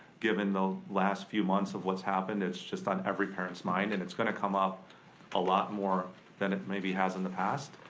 given the last few months of what's happened, it's just on every parent's mind and it's gonna come up a lot more than it maybe has in the past.